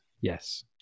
Yes